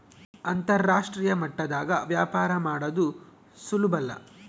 ಅಂತರಾಷ್ಟ್ರೀಯ ಮಟ್ಟದಾಗ ವ್ಯಾಪಾರ ಮಾಡದು ಸುಲುಬಲ್ಲ